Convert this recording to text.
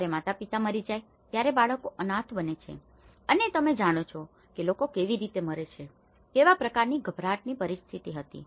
જ્યારે માતાપિતા મરી જાય છે ત્યારે બાળકો અનાથ બને છે અને તમે જાણો છો કે લોકો કેવી રીતે મરે છે અને કેવા પ્રકારની ગભરાટની પરિસ્થિતિ હતી